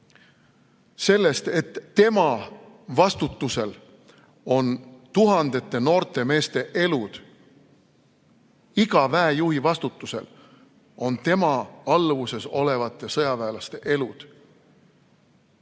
sellest, et tema vastutusel on tuhandete noorte meeste elud. Iga väejuhi vastutusel on tema alluvuses olevate sõjaväelaste elud.